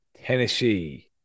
Tennessee